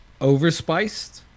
overspiced